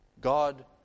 God